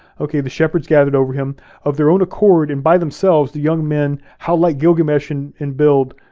okay, the shepherds gathered over him of their own accord and by themselves, the young men, how like gilgamesh and in build,